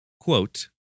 quote